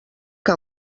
que